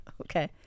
Okay